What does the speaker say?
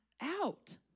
out